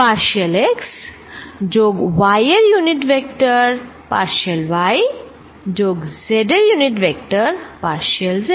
partial x যোগ y এর unit vector partial y যোগ z এর ইউনিট ভেক্টর পার্শিয়াল z